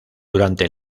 durante